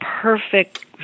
perfect